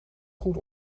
goed